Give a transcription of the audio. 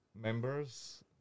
members